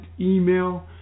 email